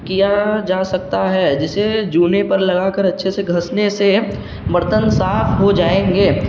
کیا جا سکتا ہے جسے جونے پر لگا کر اچھے سے گھسنے سے برتن صاف ہو جائیں گے